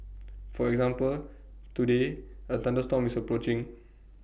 for example today A thunderstorm is approaching